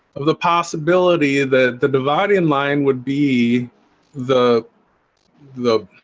um the possibility that the dividing line would be the the